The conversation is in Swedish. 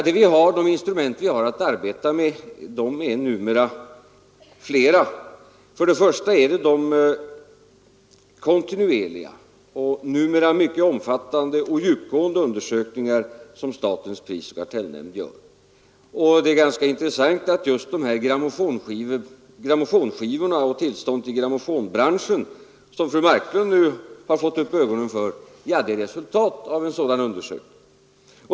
De instrument vi har att arbeta med är numera flera, Det första är de kontinuerliga och numera mycket omfattande och djupgående undersökningar som statens prisoch kartellnämnd gör. Det är ganska intressant att just detta med grammofonskivor och tillståndet i grammofonbranschen, som fru Marklund fått upp ögonen för, är resultatet av en sådan undersökning.